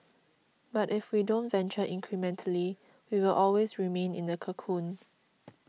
but if we don't venture incrementally we will always remain in the cocoon